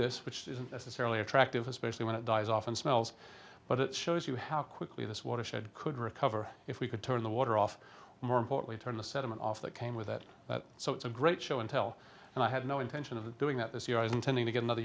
this which isn't necessarily attractive especially when it dies off and smells but it shows you how quickly this watershed could recover if we could turn the water off more importantly turn the sediment off that came with it so it's a great show and tell and i had no intention of doing that this year i was intending to get another